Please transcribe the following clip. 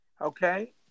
okay